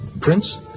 prince